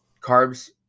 Carbs